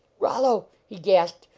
rollo, he gasped,